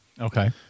Okay